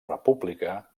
república